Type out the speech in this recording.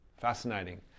fascinating